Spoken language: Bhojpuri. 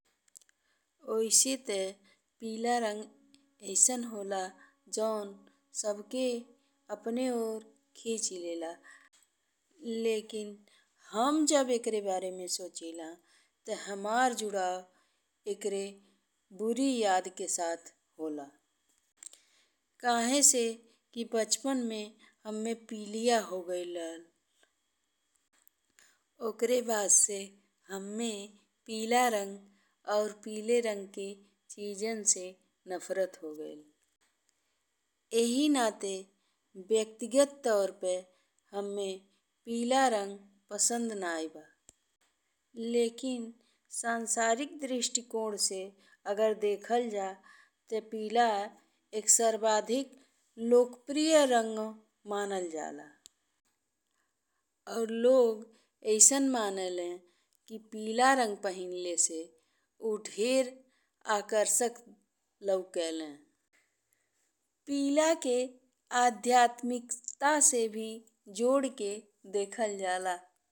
ओइसें ते पीला रंग अइसन होला जौन सबके अपने ओर खींची लेला। लेकिन हम जब इकरे बारे में सोचिला ते हमार जुड़ाव एकरे बुरी याद के साथ होला। काहे कि बचपन में हमके पीलिया हो गइल रहल। ओकरा बाद से हम्मे पीला रंग और पीला रंग की चीजन से नफरत हो गइल। एही नाते व्यक्तिग तौर पे हम्मे पीला रंग पसंद नाहीं बा, लेकिन सांसारिक दृष्टिकोण से अगर देखल जा ते पीला एक सर्वाधिक लोकप्रिय रंग मानल जाला और लोग अइसन मानेले कि पीला रंग पहिनले से उ ढेर आकर्षक लाउकेले। पीला के अध्यात्मिकता से भी जोड़ी के देखल जाला।